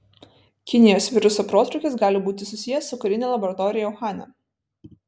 kinijos viruso protrūkis gali būti susijęs su karine laboratorija uhane